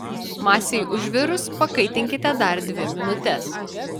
masei užvirus pakaitinkite dar dvi minutes